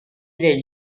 del